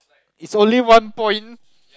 it's only one point